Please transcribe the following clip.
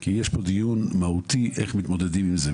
כי יש פה דיון מהותי איך מתמודדים עם זה?